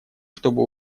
чтобы